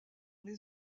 les